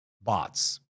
bots